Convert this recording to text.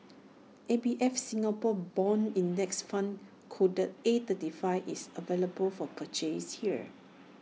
A B F Singapore Bond index fund code A thirty five is available for purchase here